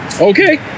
okay